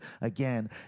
Again